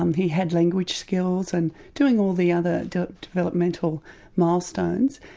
um he had language skills and doing all the other developmental milestones,